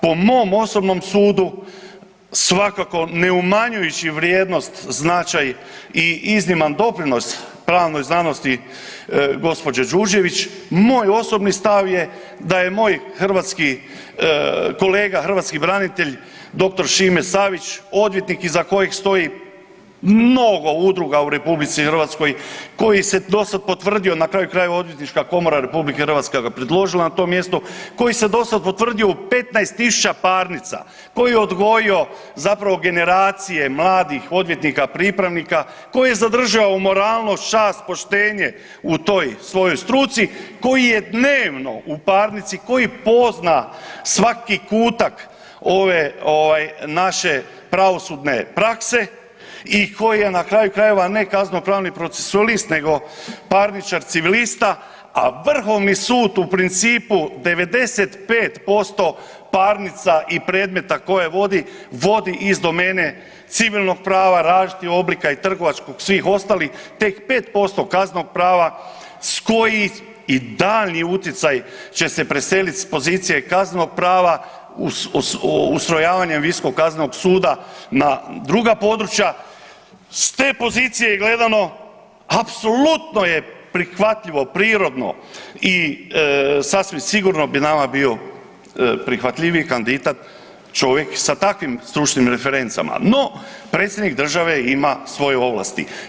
Po mom osobnom sudu svakako ne umanjujući vrijednost, značaj i izniman doprinos pravnoj znanosti gospođe Đurđević, moj osobni stav je da je moj hrvatski kolega, hrvatski branitelj dr. Šime Savić odvjetnik iza kojeg stoji mnogo udruga u RH koji se dosad potvrdio, na kraju krajeva Odvjetnička komora RH ga predložila na to mjesto, koji se dosada potvrdio u 15.000 parnica, koji je odgojio zapravo generacije mladih odvjetnika pripravnika, koji je zadržao moralnost, čast, poštenje u toj svojoj struci, koji je dnevno u parnici, koji pozna svaki kutak ovaj naše pravosudne prakse i koji je na kraju krajeva ne kazneno pravni procesualist nego parničar civilista, a Vrhovni sud u principu 95% parnica i predmeta koje vodi, vodi iz domene civilnog prava različitih oblika i trgovačkog, svih ostalih tek 5% kaznenog prava koji i daljnji utjecaj će se preselit s pozicije kaznenog prava ustrojavanjem Visokog kaznenog suda na druga područja, s te pozicije gledano apsolutno je prihvatljivo, prirodno i sasvim sigurno bi nama bio prihvatljiviji kandidat čovjek sa takvim stručnim referencama, no predsjednik države ima svoje ovlasti.